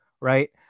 right